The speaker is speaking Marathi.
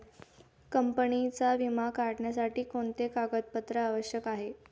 कंपनीचा विमा काढण्यासाठी कोणते कागदपत्रे आवश्यक आहे?